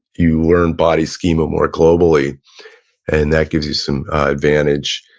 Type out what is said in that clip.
you learn body schema more globally and that gives you some advantage.